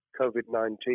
COVID-19